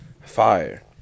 Fire